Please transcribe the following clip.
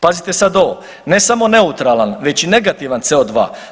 Pazite sad ovo, ne samo neutralan već i negativan CO2.